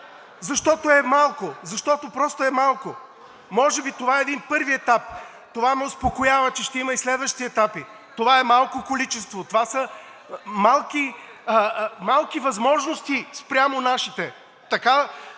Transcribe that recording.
предоставяме, защото просто е малко. Може би това е един първи етап. Това ме успокоява, че има и следващи етапи. Това е малко количество, това са малки възможности спрямо нашите.